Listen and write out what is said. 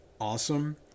awesome